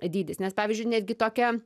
dydis nes pavyzdžiui netgi tokia